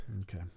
okay